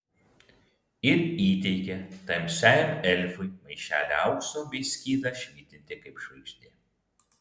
ir įteikė tamsiajam elfui maišelį aukso bei skydą švytintį kaip žvaigždė